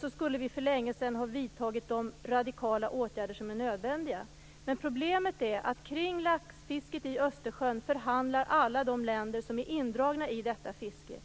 så skulle vi för länge sedan ha vidtagit de radikala åtgärder som är nödvändiga. Men problemet är att om laxfisket i Östersjön förhandlar alla de länder som är indragna i detta fiske.